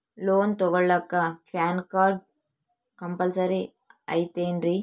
Loan ತೊಗೊಳ್ಳಾಕ PAN card compulsory ಐಯ್ತೇನ್ರಿ?